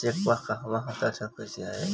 Check पर कहवा हस्ताक्षर कैल जाइ?